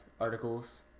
articles